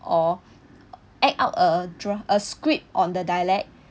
or act out a dra a script on the dialect